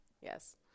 Yes